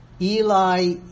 Eli